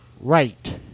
right